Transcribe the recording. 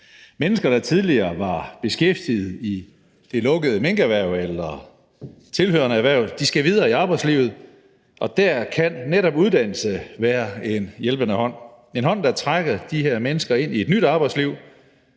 Mennesker, der tidligere var beskæftiget i det lukkede minkerhverv eller tilhørende erhverv, skal videre i arbejdslivet, og der kan netop uddannelse være en hjælpende hånd – en hånd, der trækker de her mennesker ind i et nyt arbejdsliv,